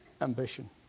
ambition